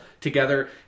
together